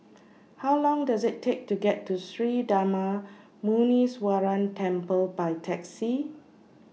How Long Does IT Take to get to Sri Darma Muneeswaran Temple By Taxi